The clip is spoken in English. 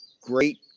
Great